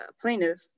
plaintiff